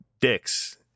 dicks